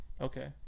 okay